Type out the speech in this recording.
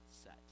set